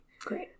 Great